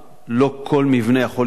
לא כל מבנה יכול להיות גן.